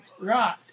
Right